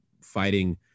fighting